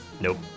Nope